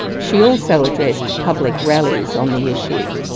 she also addressed public rallies on the issue.